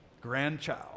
grandchild